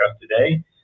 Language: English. today